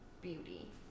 beauty